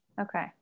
Okay